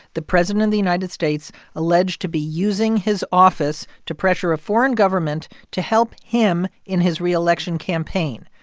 the president of the united states alleged to be using his office to pressure a foreign government to help him in his re-election campaign,